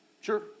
Sure